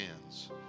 hands